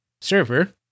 server